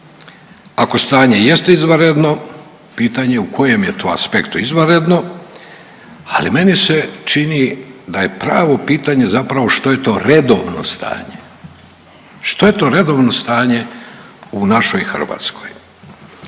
Ako stanje jest izvanredno pitanje u kojem je to aspektu izvanredno, ali meni se čini da je pravo pitanje zapravo što je to redovno stanje. Što je to redovno stanje u našoj Hrvatskoj?